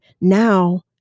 now